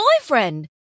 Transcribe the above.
boyfriend